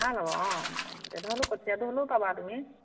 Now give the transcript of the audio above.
ভাল হ'ব অঁ যেনে হ'লেও কঠিয়াটো হ'লেও পাবা তুমি